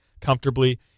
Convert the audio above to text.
comfortably